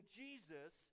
jesus